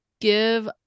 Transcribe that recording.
give